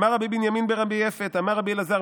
"אמר רבי בנימין ברבי יפת אמר רבי אלעזר: